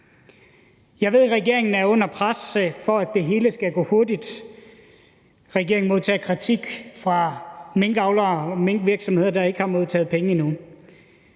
Jeg ved, at regeringen er under pres, for at det hele skal gå hurtigt. Regeringen modtager kritik fra minkavlere og minkvirksomheder, der ikke har modtaget penge endnu.